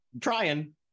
Trying